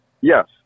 Yes